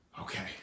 okay